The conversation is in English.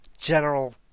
general